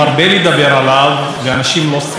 הממשלה לא שמה לב ולא מתייחסת.